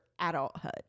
adulthood